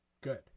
good